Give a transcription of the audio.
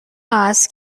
است